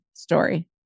story